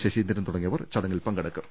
ശശീന്ദ്രൻ തുടങ്ങിയവർ ചടങ്ങിൽ പങ്കെടുക്കും